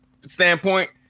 standpoint